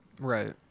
Right